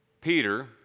Peter